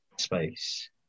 space